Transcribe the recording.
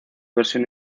versión